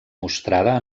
mostrada